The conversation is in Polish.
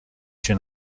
się